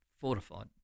fortified